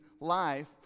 life